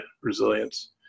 Resilience